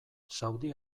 saudi